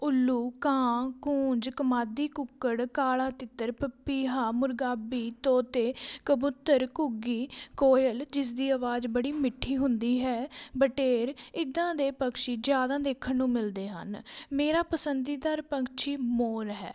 ਉੱਲੂ ਕਾਂ ਕੂੰਜ ਕਮਾਦੀ ਕੁੱਕੜ ਕਾਲਾ ਤਿੱਤਰ ਪਪੀਹਾ ਮੁਰਗਾਬੀ ਤੋਤੇ ਕਬੂਤਰ ਘੁੱਗੀ ਕੋਇਲ ਜਿਸ ਦੀ ਆਵਾਜ਼ ਬੜੀ ਮਿੱਠੀ ਹੁੰਦੀ ਹੈ ਬਟੇਰ ਇੱਦਾਂ ਦੇ ਪੰਛੀ ਜ਼ਿਆਦਾ ਦੇਖਣ ਨੂੰ ਮਿਲਦੇ ਹਨ ਮੇਰਾ ਪਸੰਦੀਦਾ ਪੰਛੀ ਮੋਰ ਹੈ